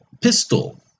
pistol